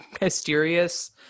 mysterious